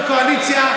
הקואליציה,